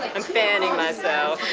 like i'm fanning ah so